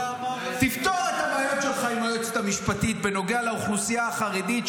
תפתור את הבעיות שלך עם היועצת המשפטית בנוגע לאוכלוסייה החרדית,